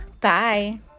Bye